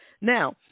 Now